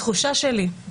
התחושה שלי היא